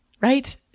right